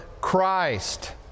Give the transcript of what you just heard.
Christ